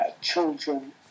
Children